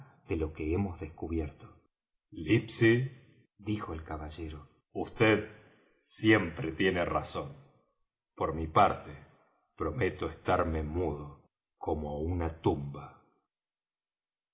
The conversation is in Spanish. de lo que hemos descubierto livesey dijo el caballero vd siempre tiene razón por mi parte prometo estarme mudo como una tumba